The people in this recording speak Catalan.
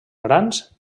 grans